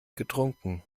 getrunken